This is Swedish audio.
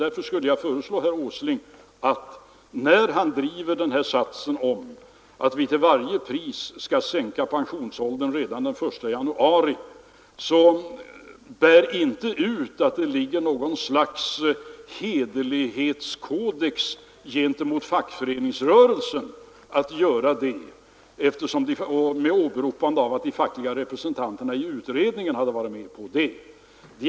Därför vill jag föreslå herr Åsling att när han driver satsen att vi till varje pris skall sänka pensionsåldern redan den 1 januari 1976 så skall han inte bära ut att det innebär något slags hederlighet gentemot fackföreningsrörelsen att göra det, med åberopande av att de fackliga representanterna i utredningen varit med på det förslaget.